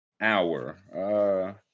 hour